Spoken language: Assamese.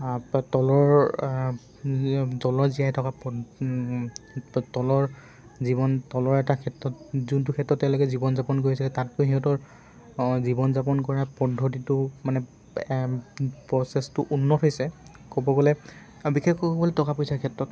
তলৰ তলৰ জীয়াই থকা তলৰ জীৱন তলৰ এটা ক্ষেত্ৰত যোনটো ক্ষেত্ৰত তেওঁলোকে জীৱন যাপন কৰিছে তাতকৈ সিহঁতৰ জীৱন যাপন কৰা পদ্ধতিটো মানে প্ৰচেছটো উন্নত হৈছে ক'ব গ'লে আৰু বিশেষ ক'ব গ'লে টকা পইচাৰ ক্ষেত্ৰত